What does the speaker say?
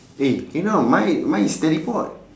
eh cannot mine mine is teleport